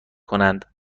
کنند